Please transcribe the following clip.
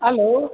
hello